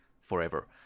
forever